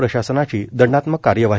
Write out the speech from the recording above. प्रशासनाची दंडात्मक कार्यवाही